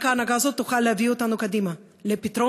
רק ההנהגה הזאת תוכל להביא אותנו קדימה לפתרון